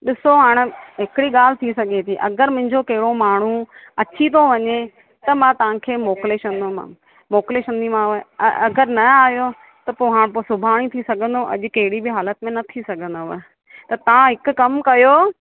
ॾिसो हाणे हिकिड़ी ॻाल्हि थी सघे थी अगरि मुंहिंजो कहिड़ो माण्हू अची थो वञे त मां तव्हांखे मोकिले छॾींदोमाव मोकिले छॾंदीमाव अगरि न आयो त पोइ हा पोइ सुभाणे थी सघंदो अॼु कहिड़ी बि हालत में न थी सघंदव त तव्हां हिकु कम कयो